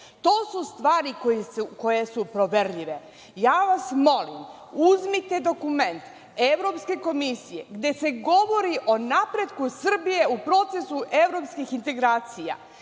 To su stvari koje su proverljive. Ja vas molim, uzmite dokument Evropske komisije, gde se govori o napretku Srbije u procesu evropskih integracija.